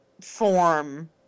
form